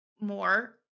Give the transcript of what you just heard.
more